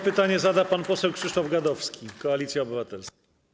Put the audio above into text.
Pytanie zada pan poseł Krzysztof Gadowski, Koalicja Obywatelska.